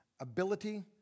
ability